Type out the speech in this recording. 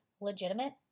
legitimate